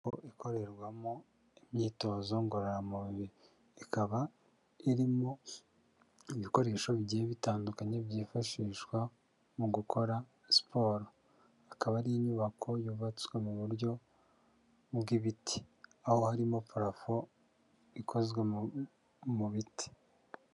Inzu ikorerwamo imyitozo ngororamubiri, ikaba irimo ibikoresho bigiye bitandukanye byifashishwa mu gukora siporo, akaba ari inyubako yubatswe mu buryo bw'ibiti, aho harimo parafo ikozwe mu biti.